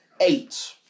Eight